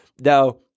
Now